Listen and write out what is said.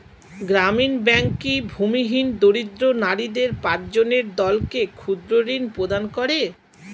গ্রামীণ ব্যাংক কি ভূমিহীন দরিদ্র নারীদের পাঁচজনের দলকে ক্ষুদ্রঋণ প্রদান করে?